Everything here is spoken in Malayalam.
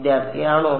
വിദ്യാർത്ഥി ആണോ